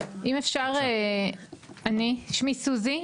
בבקשה, סוזי.